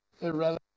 irrelevant